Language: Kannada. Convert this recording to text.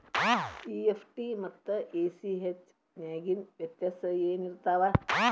ಇ.ಎಫ್.ಟಿ ಮತ್ತ ಎ.ಸಿ.ಹೆಚ್ ನ್ಯಾಗಿನ್ ವ್ಯೆತ್ಯಾಸೆನಿರ್ತಾವ?